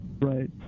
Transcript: right